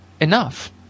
enough